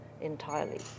entirely